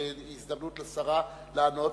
וזו הזדמנות לשרה לענות,